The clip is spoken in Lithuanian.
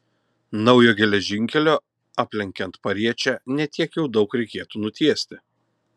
naujo geležinkelio aplenkiant pariečę ne tiek jau daug reikėtų nutiesti